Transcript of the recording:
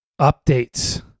updates